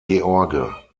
george